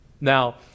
Now